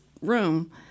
room